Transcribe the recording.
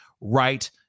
right